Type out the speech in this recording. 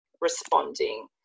responding